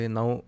now